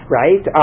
right